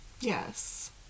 Yes